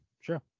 sure